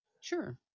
Sure